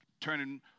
turning